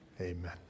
amen